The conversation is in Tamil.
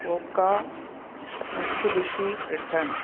coca Mitsubishi ட்ரிட்டன்